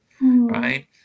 Right